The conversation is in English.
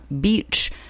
Beach